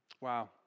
Wow